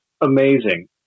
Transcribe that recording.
amazing